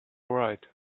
write